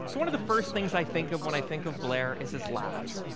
so one of the first things i think of when i think of blair is his laugh.